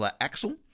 axle